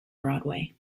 broadway